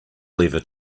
lever